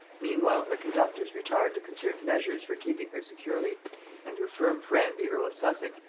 meanwhile her conductors retired to concert measures for keeping her securely and her firm friend, the earl of sussex,